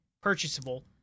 purchasable